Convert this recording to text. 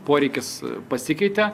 poreikis pasikeitė